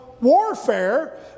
warfare